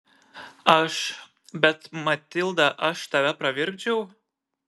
aš bet matilda aš tave pravirkdžiau